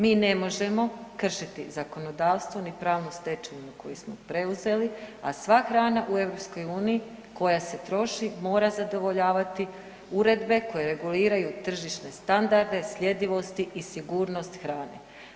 Mi ne možemo kršiti zakonodavstvo ni pravu stečevinu koju smo preuzeli, a sva hrana u EU koja se troši mora zadovoljavati uredbe koje reguliraju tržišne standarde, sljedivosti i sigurnost hrane.